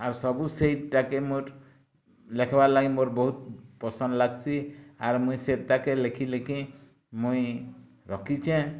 ଆର୍ ସବୁ ସେଇଟାକେ ମୋର୍ ଲେଖ୍ବାର୍ ଲାଗି ମୋର୍ ବହୁତ୍ ପସନ୍ଦ ଲାଗ୍ସି ଆର୍ ମୁଇଁ ସେଟାକେ ଲେଖି ଲେଖି ମୁଇଁ ରଖିଛେ